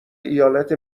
ایالت